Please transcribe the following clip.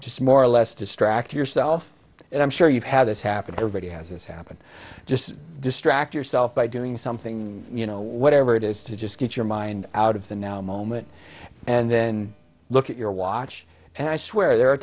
just more or less distract yourself and i'm sure you've had this happen to everybody has this happen just distract yourself by doing something you know whatever it is to just get your mind out of the now moment and then look at your watch and i swear there are